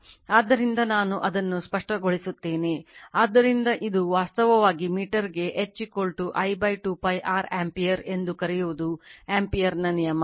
ಆದ್ದರಿಂದ ನಾನು ಅದನ್ನು ಸ್ಪಷ್ಟಗೊಳಿಸುತ್ತೇನೆ ಆದ್ದರಿಂದ ಇದು ವಾಸ್ತವವಾಗಿ ಮೀಟರ್ಗೆ H I 2 π r ಆಂಪಿಯರ್ ಎಂದು ಕರೆಯುವುದು ಆಂಪಿಯರ್ನ ನಿಯಮ